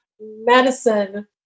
medicine